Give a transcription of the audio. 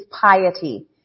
piety